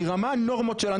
מה הנורמות שלנו,